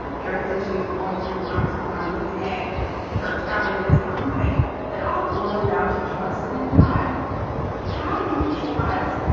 and everything that she was going through what i'm so when i'm looking at her challenges. i'm like it all boiled down to trusting guy how do you trust?